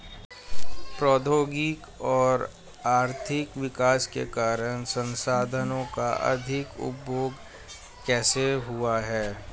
प्रौद्योगिक और आर्थिक विकास के कारण संसाधानों का अधिक उपभोग कैसे हुआ है?